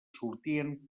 sortien